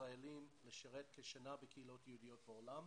ישראלים לשרת כשנה בקהילות יהודיות בעולם.